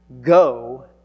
go